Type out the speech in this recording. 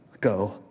Go